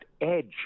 edge